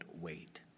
Wait